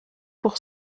pour